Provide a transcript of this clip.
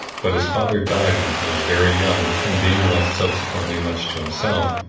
but his father died when he was very young, and being left subsequently much to himself,